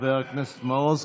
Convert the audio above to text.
חבר הכנסת מעוז.